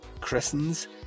christens